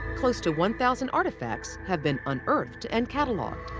close to one thousand artifacts have been unearthed and catalogued.